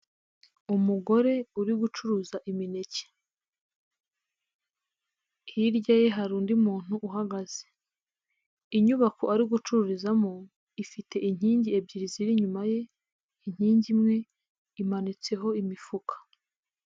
Umugore uri gucuruza imineke, hirya ye hari undi muntu uhagaze, inyubako ari gucururizamo ifite inkingi ebyiri ziri inyuma ye, inkingi imwe imanitseho imifuka.